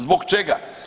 Zbog čega?